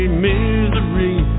misery